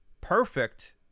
perfect